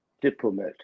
diplomat